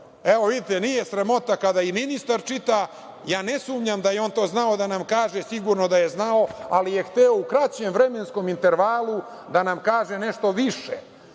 Evo, vidite, nije sramota kada i ministar čita. Ne sumnjam da je on to znao da nam kaže, sigurno da je znao, ali je hteo u kraćem vremenskom intervalu da nam kaže nešto više,